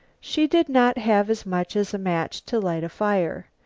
she did not have as much as a match to light a fire.